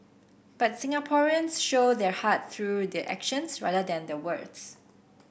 but Singaporeans show their heart through their actions rather than their words